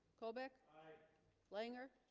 colbeck langer